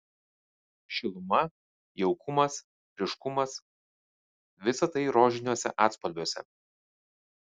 šiluma jaukumas ryškumas visa tai rožiniuose atspalviuose